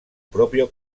propio